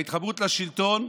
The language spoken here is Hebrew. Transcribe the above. בהתחברות לשלטון,